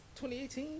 2018